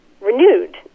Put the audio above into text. renewed